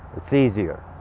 it's easier.